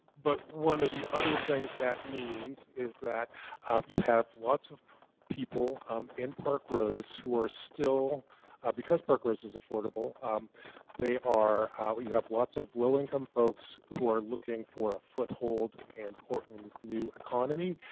but one of the other things that means is that you have lots of people um in park rose who are still because park rose is affordable they are ah are you have lots of low income folks who are looking for a foot hold in and portland's new economy,